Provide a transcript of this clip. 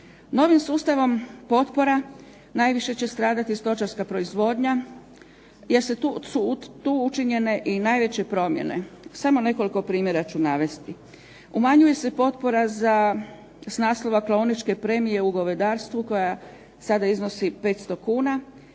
Novim sustavom potpora najviše će stradati stočarska proizvodnja jer su tu učinjene i najveće promjene. Samo nekoliko primjera ću navesti. Umanjuje se potpora s naslova klaoničke premije u govedarstvu koja sada iznosi 500 kuna